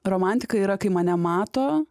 romantika yra kai mane mato